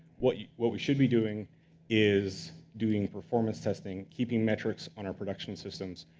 what what we should be doing is doing performance testing, keeping metrics on our production systems,